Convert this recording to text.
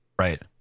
right